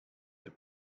the